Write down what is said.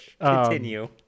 continue